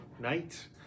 night